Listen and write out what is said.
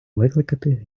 викликати